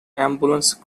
ambulance